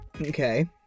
Okay